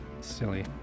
silly